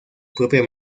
propia